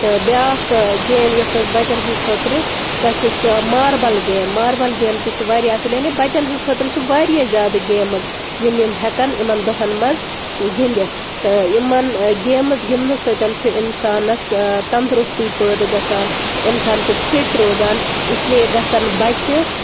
تہٕ بیٛاکھ گیم یۄس حظ بَچَن ہٕنٛد خٲطرٕ سۄ چھِ سۄ ماربَل گیم ماربَل گیم تہِ چھِ واریاہ اَصٕل یعنی بَچَن ہٕنٛد خٲطرٕ چھِ واریاہ زیادٕ گیمٕز یِم یِم ہٮ۪کَن یِمَن دۄہَن منٛز گِنٛدِتھ تہٕ یِمَن گیمٕز گِنٛدنہٕ سۭتۍ چھُ اِنسانَس تنٛدرُستی پٲدٕ گژھان اِنسان چھُ فِٹ روزان اِسلیے گژھَن بَچہٕ